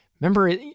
remember